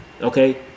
okay